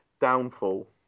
downfall